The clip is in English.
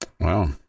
Wow